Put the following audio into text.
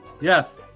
Yes